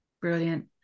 brilliant